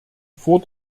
vor